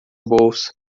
bolsa